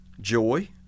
joy